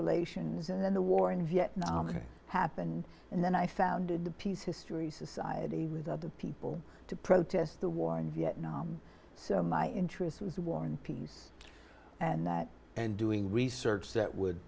relations and the war in vietnam happened and then i founded the peace history society with other people to protest the war in vietnam so my interest was war and peace and that and doing research that would